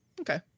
Okay